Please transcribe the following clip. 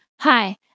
hi